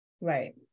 Right